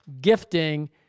gifting